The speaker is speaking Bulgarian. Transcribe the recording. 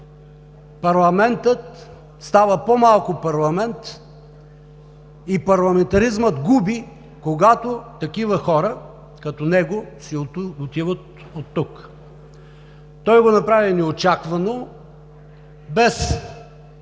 парламентът става по-малко парламент и парламентаризмът губи, когато такива хора като него си отиват оттук. Той го направи неочаквано – без